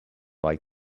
like